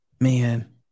man